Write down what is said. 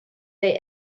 they